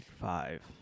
five